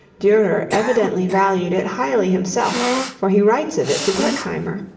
durer evidently valued it highly himself for he writes of it to pirkheimer,